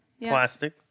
Plastic